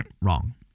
wrong